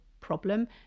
problem